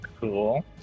Cool